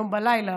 היום בלילה,